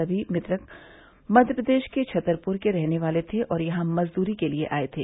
सभी मृतक मध्य प्रदेश के छतरपुर के रहने वाले थे और यहां मजदूरी के लिए आए थे